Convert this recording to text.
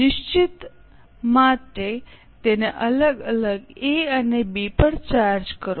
નિશ્ચિત માટે તેને અલગ અલગ A અને B પર ચાર્જ કરો